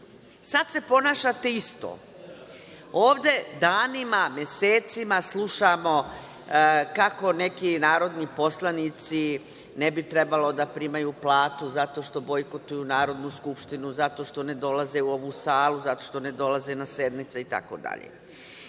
Sad se ponašate isto, ovde danima, mesecima, slušamo kako neki narodni poslanici ne bi trebalo da primaju platu zato što bojkotuju Narodnu skupštinu, zato što ne dolaze u ovu salu, zato što ne dolaze na sednice i